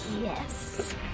yes